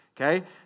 okay